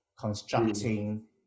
constructing